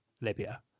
libya